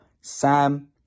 Sam